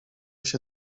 się